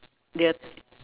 there are